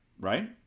right